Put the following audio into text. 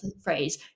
phrase